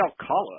Alcala